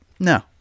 No